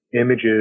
images